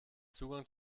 zugang